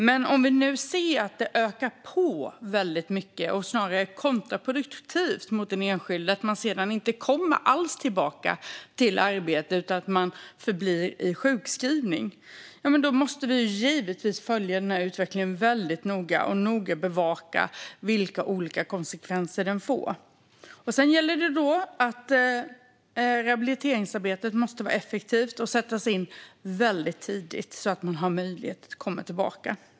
Men om vi nu ser att de ökar på väldigt mycket och snarare är kontraproduktiva mot den enskilde, att man inte alls kommer tillbaka i arbete utan förblir i sjukskrivning, måste vi givetvis följa utvecklingen väldigt noga och noga bevaka vilka konsekvenser den får. Sedan måste rehabiliteringsarbetet vara effektivt och sättas in väldigt tidigt så att man har möjlighet att komma tillbaka.